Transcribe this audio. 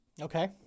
okay